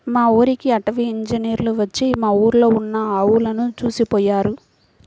మా ఊరికి అటవీ ఇంజినీర్లు వచ్చి మా ఊర్లో ఉన్న అడువులను చూసిపొయ్యారు